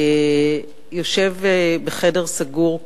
יושב בחדר סגור,